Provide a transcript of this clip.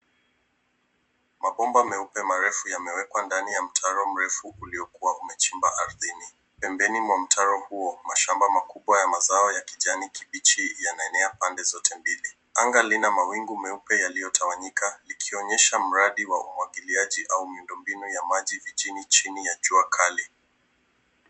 Mabomba meupe marefu yamewekwa ndani ya mtaro mrefu uliokua umechimbwa ardhini. Pembeni ya mtaro huo mashamba makubwa ya mazao ya kijani kibichi yanaenea pande zote mbili. Anga lina mawingu meupe yaliyotawanyika likionyesha mradi wa umwagiliaji au miundombinu ya maji nchini chini ya jua kali.